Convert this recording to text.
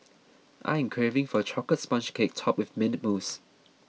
I am craving for a Chocolate Sponge Cake Topped with Mint Mousse